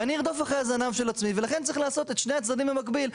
ואני ארדוף אחרי הזנב של עצמי ולכן צריך לעשות את שני הצדדים במקביל.